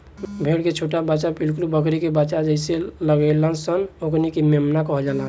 भेड़ के छोट बच्चा बिलकुल बकरी के बच्चा के जइसे लागेल सन ओकनी के मेमना कहल जाला